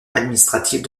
administrative